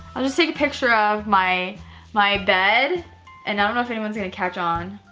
i'll just take a picture of my my bed and i don't know if anyone's gonna catch on.